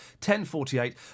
1048